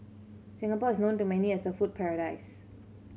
Singapore is known to many as a food paradise